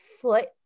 foot